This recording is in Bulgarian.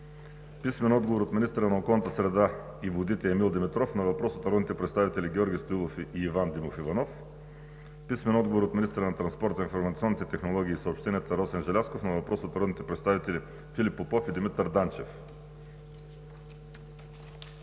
Димов Иванов; - министъра на околната среда и водите Емил Димитров на въпрос от народните представители Георги Стоилов и Иван Димов Иванов; - министъра на транспорт, информационните технологии и съобщенията Росен Желязков на въпрос от народните представители Филип Попов и Димитър Данчев.